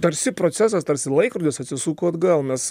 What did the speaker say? tarsi procesas tarsi laikrodis atsisuko atgal mes